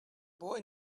boy